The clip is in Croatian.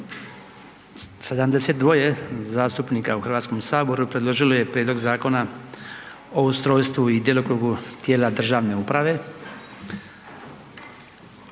72 zastupnika u HS predložilo je Prijedlog zakona o ustrojstvu i djelokrugu tijela državne uprave,